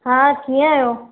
हा कीअं आहियों